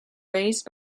raised